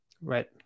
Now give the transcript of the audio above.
right